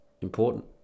important